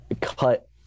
Cut